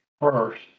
first